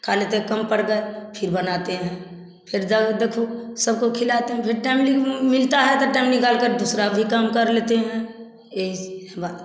खा लेते है कम पड़ गया फिर बनाते हैं फिर जब देखो सबको खिलाते हैं फिर टाइमिंग मिलता है तो टाइम निकाल के दूसरा काम भी कर लेते हैं यही बात